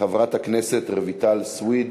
חברת הכנסת רויטל סויד,